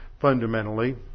fundamentally